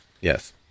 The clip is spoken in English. Yes